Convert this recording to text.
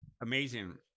amazing